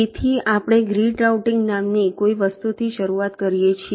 તેથી આપણે grid routing નામની કોઈ વસ્તુથી શરૂઆત કરીએ છીએ